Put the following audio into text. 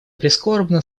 прискорбно